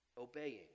obeying